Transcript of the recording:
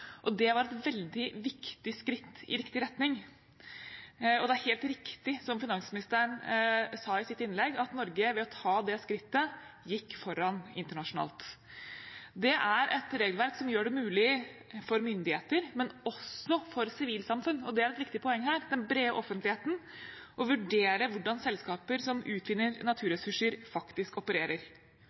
og det var et veldig viktig skritt i riktig retning. Det er helt riktig som finansministeren sa i sitt innlegg, at Norge ved å ta det skrittet gikk foran internasjonalt. Det er et regelverk som gjør det mulig for myndigheter, men også for sivilsamfunn – og det er et viktig poeng her, den brede offentligheten – å vurdere hvordan selskaper som utvinner naturressurser, faktisk opererer.